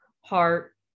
heart